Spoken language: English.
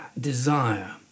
desire